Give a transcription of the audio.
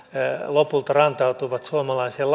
lopulta rantautuvat suomalaiseen